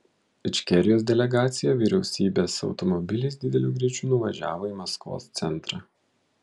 ičkerijos delegacija vyriausybės automobiliais dideliu greičiu nuvažiavo į maskvos centrą